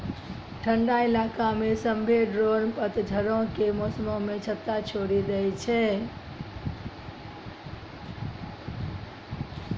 ठंडा इलाका मे सभ्भे ड्रोन पतझड़ो के मौसमो मे छत्ता छोड़ि दै छै